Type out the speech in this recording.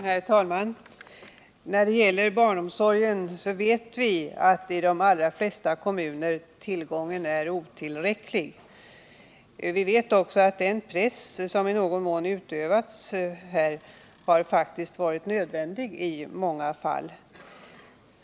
Herr talman! När det gäller barnomsorgen vet vi att tillgången i de allra flesta kommuner är otillräcklig. Vi vet också att den press som i någon mån utövats faktiskt har varit nödvändig i många fall.